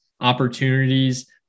opportunities